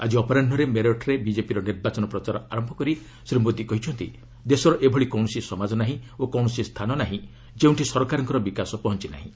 ଆଜି ଅପରାହୁରେ ମେରଟ୍ରେ ବିଜେପିର ନିର୍ବାଚନ ପ୍ରଚାର ଆରମ୍ଭ କରି ଶ୍ରୀ ମୋଦି କହିଛନ୍ତି ଦେଶର ଏଭଳି କୌଣସି ସମାଜ ନାହିଁ ଓ କୌଣସି ସ୍ଥାନ ନାହିଁ ଯେଉଁଠି ସରକାରଙ୍କର ବିକାଶ ପହଞ୍ଚି ନାହିଁ